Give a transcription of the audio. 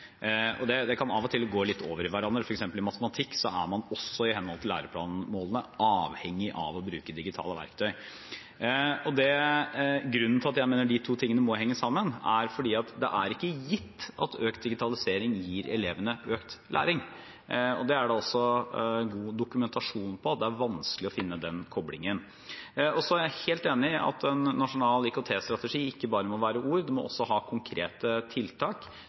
Det kan av og til gå litt over i hverandre. For eksempel i matematikk er man også, i henhold til læreplanmålene, avhengig av å bruke digitale verktøy. Grunnen til at jeg mener de to tingene må henge sammen, er at det er ikke gitt at økt digitalisering gir elevene økt læring. Det er det god dokumentasjon for. Det er vanskelig å finne den koblingen. Så er jeg helt enig i at en nasjonal IKT-strategi ikke bare må være ord; en må også ha konkrete tiltak.